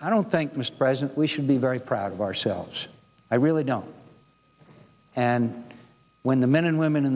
i don't think mr president we should be very proud of ourselves i really don't and when the men and women in